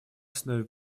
основе